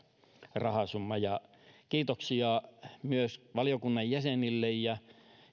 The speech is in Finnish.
rahasumma kiitoksia myös valiokunnan jäsenille ja